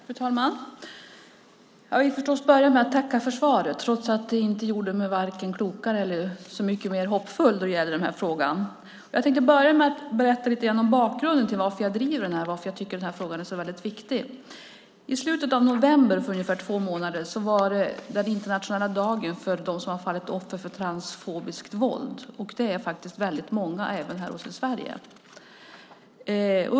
Fru talman! Jag vill förstås börja med att tacka för svaret, trots att det inte gjorde mig vare sig klokare eller så mycket mer hoppfull i den här frågan. Jag tänkte börja med att berätta lite grann om bakgrunden till varför jag driver frågan och varför jag tycker att den är så viktig. I slutet av november, för ungefär två månader sedan, var det den internationella dagen för dem som har fallit offer för transfobiskt våld. Det är faktiskt många även här i Sverige.